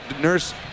Nurse